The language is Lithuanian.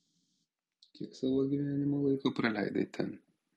kiek savo gyvenimo laiko praleidai ten